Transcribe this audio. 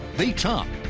they chop.